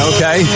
Okay